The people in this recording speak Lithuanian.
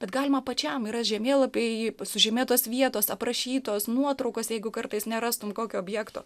bet galima pačiam yra žemėlapiai sužymėtos vietos aprašytos nuotraukos jeigu kartais nerastum kokio objekto